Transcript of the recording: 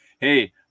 Hey